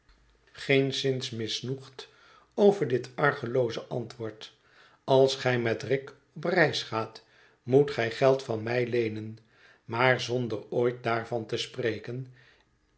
geenszins misnoegd over dit argelooze antwoord als gij met rick op reis gaat moet gij geld van mij leenen maar zonder ooit daarvan te spreken